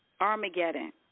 Armageddon